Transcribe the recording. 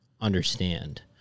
understand